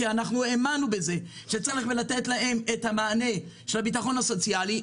כי האמנו בכך שצריך לתת להם את המענה של הביטחון הסוציאלי.